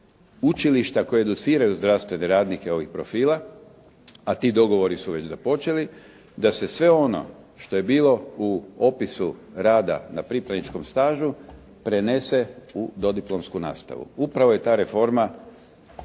učilišta koji educiraju zdravstvene radnike ovih profila a ti dogovori su već započeli, da se sve ono što je bilo u opisu rada na pripravničkom stažu prenese u dodiplomsku nastavu, upravo je ta reforma